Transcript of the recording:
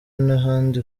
n’ahandi